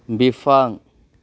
बिफां